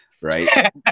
Right